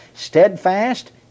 Steadfast